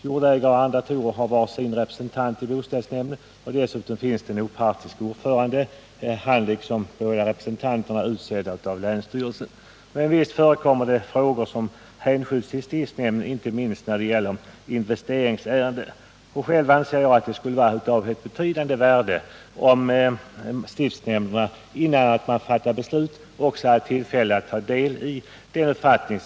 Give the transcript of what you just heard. Jordägare och arrendatorer har var sin representant i boställsnämnden, som dessutom har en opartisk ordförande. Denne är liksom de båda partsrepresentanterna utsedd av länsstyrelsen. Men det förekommer också att frågor hänskjuts till stiftshnämnderna, inte minst investeringsärenden. Själv anser jag att det skulle vara av ett betydande värde, om stiftsnämnderna innan beslut fattades också hade beretts tillfälle att höra arrendatorernas uppfattning.